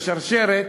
בשרשרת,